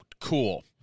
Cool